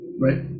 Right